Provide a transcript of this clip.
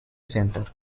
center